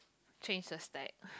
change the stack